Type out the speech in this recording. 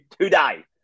today